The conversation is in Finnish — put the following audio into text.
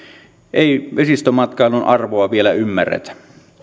ei vesistömatkailun arvoa vielä ymmärretä